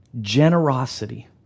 generosity